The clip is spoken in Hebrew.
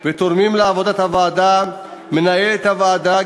ותורמים לעבודת הוועדה: מנהלת הוועדה,